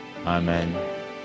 Amen